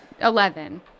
Eleven